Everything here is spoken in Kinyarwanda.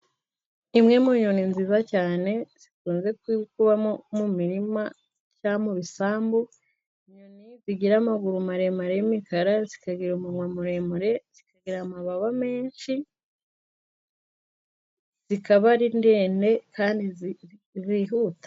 Imwe mu nyoni nziza cyane, zikunze kuba mu mirima cyangwa mu bisambu. Inyoni zigira amaguru maremare y'imikara, zikagira umunwa muremure, zikagira amababa menshi, zikaba ari ndede kandi zihuta.